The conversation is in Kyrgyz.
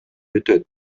өтөт